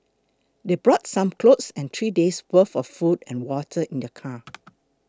they brought some clothes and three days' worth of food and water in their car